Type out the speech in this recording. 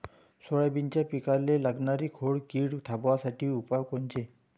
सोयाबीनच्या पिकाले लागनारी खोड किड थांबवासाठी उपाय कोनचे?